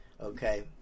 okay